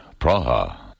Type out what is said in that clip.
Praha